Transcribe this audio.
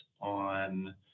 on